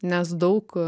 nes daug